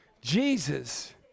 Jesus